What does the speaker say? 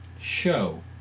Show